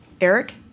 Eric